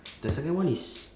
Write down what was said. the second one is